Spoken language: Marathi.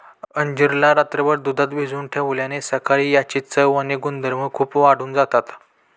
अंजीर ला रात्रभर दुधात भिजवून ठेवल्याने सकाळी याची चव आणि गुणधर्म खूप वाढून जातात